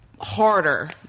harder